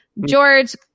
George